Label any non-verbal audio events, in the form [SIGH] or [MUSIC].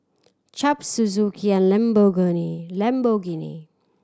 Chaps Suzuki and [UNINTELLIGIBLE] Lamborghini